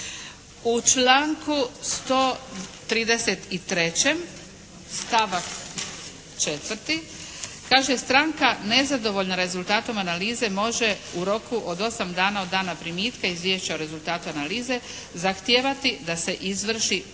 U članku 133. stavak četvrti kaže stranka nezadovoljna rezultatom analize može u roku od 8 dana od dana primitka izvješća o rezultatu analize zahtijevati da se izvrši ponovna